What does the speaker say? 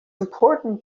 important